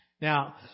Now